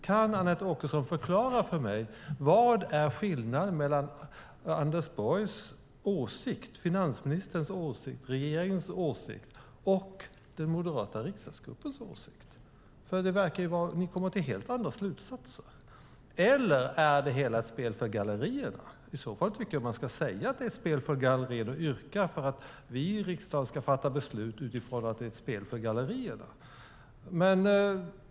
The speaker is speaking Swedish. Kan Anette Åkesson förklara för mig vad som är skillnaden mellan finansministerns och regeringens åsikt å ena sidan och den moderata riksdagsgruppens åsikt å andra sidan? Det verkar ju som om ni kommer till helt olika slutsatser. Eller är det hela ett spel för gallerierna? I så fall tycker jag att man ska säga att det är det och yrka på att vi i riksdagen ska fatta beslut utifrån att det är ett spel för gallerierna.